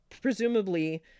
presumably